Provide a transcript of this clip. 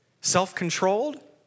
Self-controlled